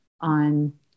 on